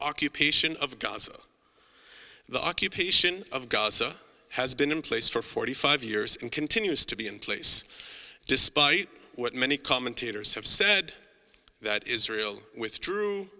occupation of gaza the occupation of gaza has been in place for forty five years and continues to be in place despite what many commentators have said that israel withdrew